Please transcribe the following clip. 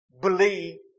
believe